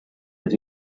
that